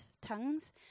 tongues